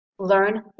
learn